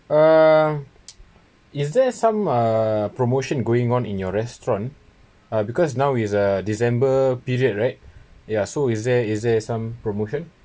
uh is there some uh promotion going on in your restaurant uh because now is uh december period right ya so is there is there some promotion